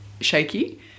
shaky